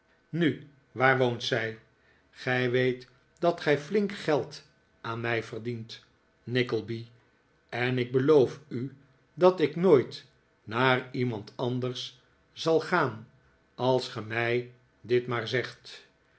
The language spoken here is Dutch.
nu waar woont zij gij weet dat gij flink geld aan mij verdient nickleby en ik beloof u dat ik nooit naar iemand anders zal gaan als ge mij dit maar zegt